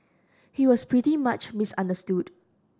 he was pretty much misunderstood